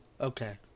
Okay